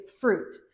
fruit